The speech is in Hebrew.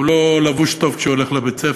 הוא לא לבוש טוב כשהוא הולך לבית-הספר.